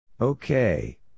Okay